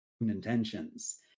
intentions